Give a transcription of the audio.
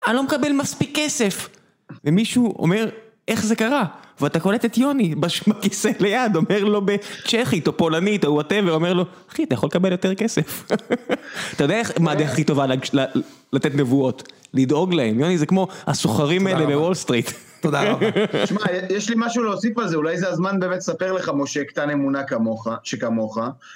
אני לא מקבל מספיק כסף. ומישהו אומר, איך זה קרה? ואתה קולט את יוני בכיסא ליד, אומר לו בצ'כית או פולנית או וואטאבר, אומר לו, אחי, אתה יכול לקבל יותר כסף. אתה יודע מה הדרך הכי טובה לתת נבואות? לדאוג להם. יוני זה כמו הסוחרים האלה בוול סטריט. תודה רבה. שמע, יש לי משהו להוסיף על זה, אולי זה הזמן באמת לספר לך, משה, קטן אמונה כמוך, שכמוך.